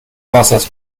wassers